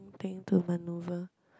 to maneouvre